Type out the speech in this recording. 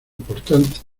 importante